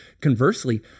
Conversely